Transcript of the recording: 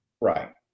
Right